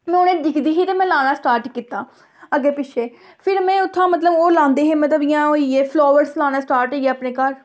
में उ'नें गी दिक्खदी ही ते में लाना स्टार्ट कीता अग्गें पिच्छें फिर में उ'त्थां मतलब ओह् लांदे हे मतलब इ'यां होई फ्लावर्स लाना स्टार्ट होइये अपने घर